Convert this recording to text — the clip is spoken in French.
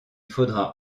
faudra